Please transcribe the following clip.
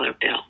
bill